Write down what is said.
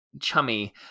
Chummy